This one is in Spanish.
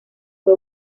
fue